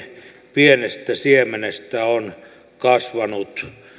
pienestä siemenestä on kasvanut